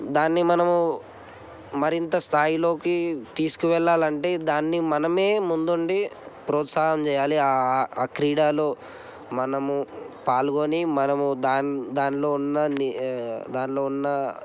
దాన్ని మనము మరింత స్థాయిలోకి తీసుకెళ్ళాలి అంటే దాన్ని మనమే ముందుండి ప్రోత్సహం చెయ్యాలి ఆ క్రీడలు మనము పాల్గొని మనము దాన్ దానిలో ఉన్న దానిలో ఉన్న